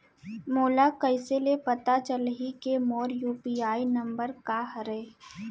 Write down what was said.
मोला कइसे ले पता चलही के मोर यू.पी.आई नंबर का हरे?